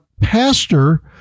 pastor